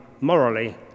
morally